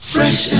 Fresh